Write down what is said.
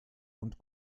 und